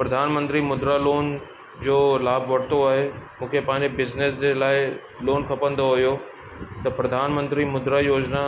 प्रधानमंत्री मुद्रा लोन जो लाभ वरितो आहे मूंखे पंहिंजे बिजनेस जे लाइ लोन खपंदो हुओ त प्रधानमंत्री मुद्रा योजिना